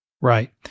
Right